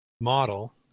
model